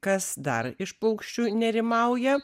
kas dar iš paukščių nerimauja